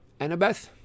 Annabeth